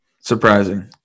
Surprising